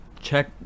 Check